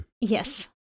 Yes